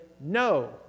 No